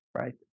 Right